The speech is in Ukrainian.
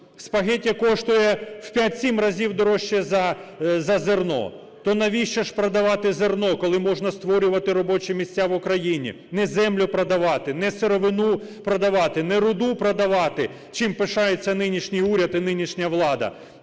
Спагеті коштує в 5-7 разів дорожче за зерно. То навіщо ж продавати зерно, коли можна створювати робочі місця в Україні? Не землю продавати, не сировину продавати, не руду продавати, чим пишаються нинішній уряд і нинішня влада